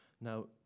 Now